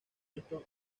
esto